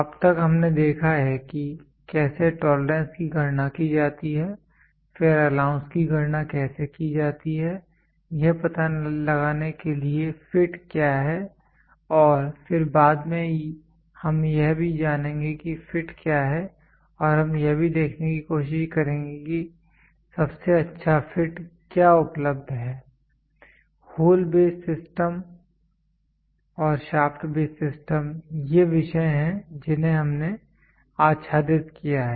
अब तक हमने देखा है कि कैसे टोलरेंस की गणना की जाती है फिर अलाउंस की गणना कैसे की जाती है यह पता लगाने के लिए कि फिट क्या है और फिर बाद में हम यह भी जानेंगे कि फिट क्या है और हम यह भी देखने की कोशिश करेंगे कि सबसे अच्छा फिट क्या उपलब्ध है होल बेस सिस्टम और शाफ्ट बेस सिस्टम ये विषय हैं जिन्हें हमने आच्छादित किया है